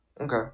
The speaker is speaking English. Okay